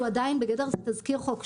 שהוא עדיין בגדר תזכיר חוק,